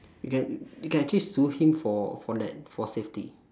you can you can actually sue him for for that for safety